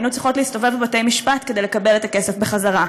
היינו צריכות להסתובב בבתי-משפט כדי לקבל את הכסף בחזרה.